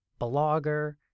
blogger